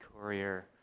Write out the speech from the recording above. courier